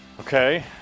Okay